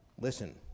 Listen